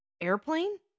Airplane